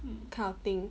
kind of thing